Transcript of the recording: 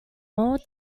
old